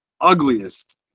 ugliest